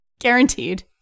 Guaranteed